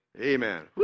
Amen